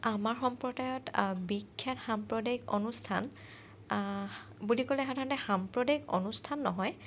আমাৰ সম্প্ৰদায়ত বিখ্যাত সাম্প্ৰদায়িক অনুষ্ঠান বুলি ক'লে সাধাৰণতে সাপ্ৰদায়িক অনুষ্ঠান নহয়